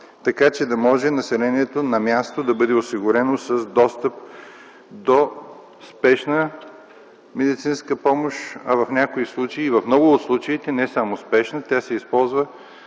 така че да може населението на място да бъде осигурено с достъп до спешна медицинска помощ. И в много от случаите не само спешна, тя се използва